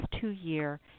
two-year